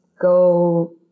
go